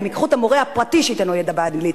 הם ייקחו את המורה הפרטי שייתן לו את הידע באנגלית.